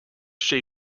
shi